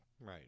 right